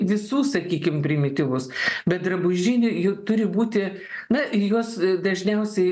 visų sakykim primityvus bet drabužinių jų turi būti na į juos dažniausiai